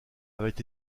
avait